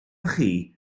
chi